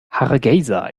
hargeysa